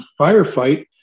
Firefight